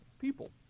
people